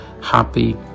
Happy